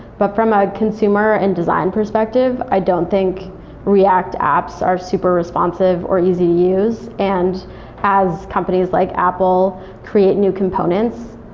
but from a consumer and design perspective, i don't think react apps are super responsive, or easy to use. and as companies like apple create new components,